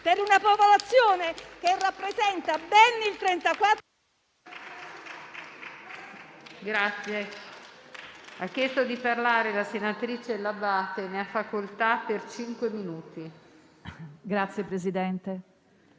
per una popolazione che rappresenta ben il 34...